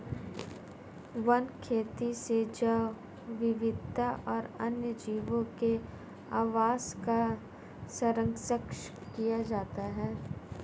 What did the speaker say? one खेती से जैव विविधता और वन्यजीवों के आवास का सरंक्षण किया जाता है